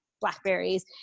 blackberries